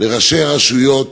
לראשי הרשויות